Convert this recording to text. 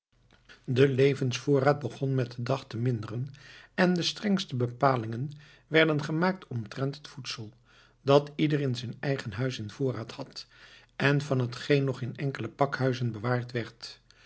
de levensvoorraad begon met den dag te minderen en de strengste bepalingen werden gemaakt omtrent het voedsel dat ieder in zijn eigen huis in voorraad had en van hetgeen nog in enkele pakhuizen bewaard werd